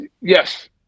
Yes